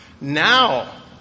Now